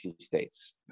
states